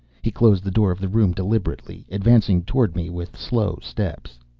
he closed the door of the room deliberately, advancing toward me with slow steps.